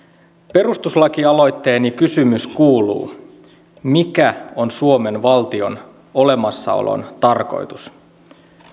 perustuslakialoitteeni kysymys kuuluu mikä on suomen valtion olemassaolon tarkoitus